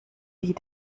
die